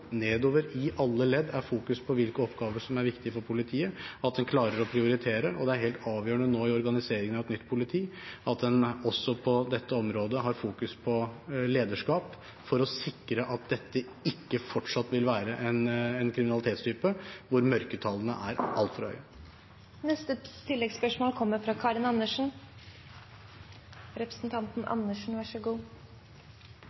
nedover i alle ledd er fokus på hvilke oppgaver som er viktige for politiet, at en klarer å prioritere, og det er helt avgjørende nå i organiseringen av et nytt politi at en også på dette området har fokus på lederskap for å sikre at dette ikke fortsatt vil være en kriminalitetstype hvor mørketallene er altfor høye.